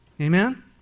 Amen